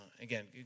Again